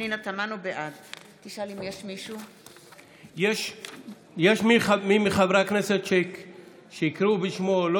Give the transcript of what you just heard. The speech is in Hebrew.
יש מי מחברי הכנסת שהקריאו בשמו ולא